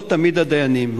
לא תמיד הדיינים,